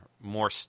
more